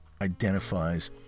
identifies